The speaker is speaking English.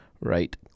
right